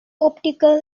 optical